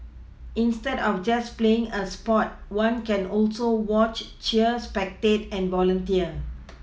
instead of just playing a sport one can also watch cheer spectate and volunteer